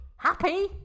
Happy